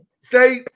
State